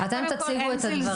אתם תציגו את הדברים.